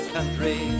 Country